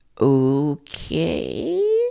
okay